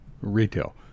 Retail